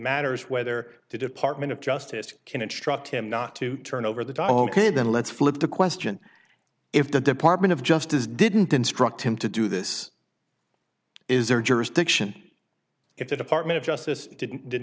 matters whether the department of justice can instruct him not to turn over the tall kid then let's flip the question if the department of justice didn't instruct him to do this is their jurisdiction if the department of justice didn't did